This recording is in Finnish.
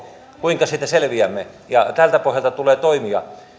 kuinka siitä selviämme ja tältä pohjalta tulee toimia